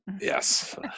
Yes